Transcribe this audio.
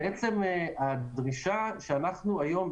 שהדרישה שאנחנו היום,